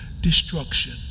destruction